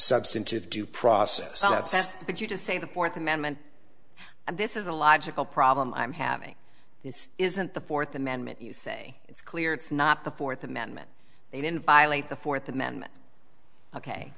substantive due process but you just say the fourth amendment and this is a logical problem i'm having this isn't the fourth amendment you say it's clear it's not the fourth amendment they didn't violate the fourth amendment ok